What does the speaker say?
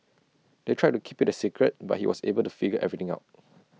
they tried to keep IT A secret but he was able to figure everything out